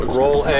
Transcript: roll